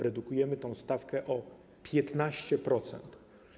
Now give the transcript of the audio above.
Redukujemy tę stawkę o 15%.